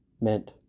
meant